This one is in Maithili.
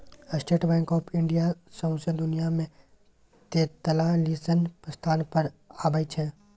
स्टेट बैंक आँफ इंडिया सौंसे दुनियाँ मे तेतालीसम स्थान पर अबै छै